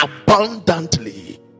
abundantly